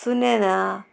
सुनेना